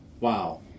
Wow